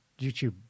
YouTube